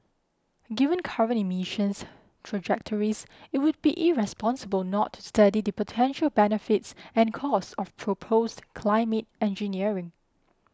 given current emissions trajectories it would be irresponsible not to study the potential benefits and costs of proposed climate engineering